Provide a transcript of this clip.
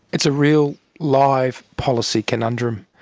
it's a real live policy conundrum,